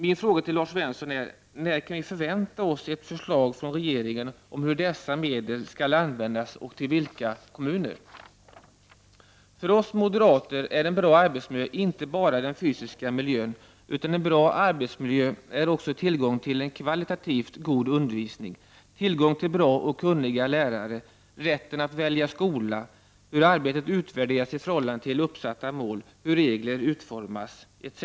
Min fråga till Lars Svensson är: När kan vi förvänta oss ett förslag från regeringen om hur dessa medel skall användas, och till vilka kommuner de kommer att utgå? För oss moderater handlar en bra arbetsmiljö inte bara om den fysiska miljön, utan en bra arbetsmiljö är också tillgång till en kvalitativt god undervisning, tillgång till bra och kunniga lärare, rätten att välja skola, hur arbetet utvärderas i förhållande till uppsatta mål, hur regler utformas etc.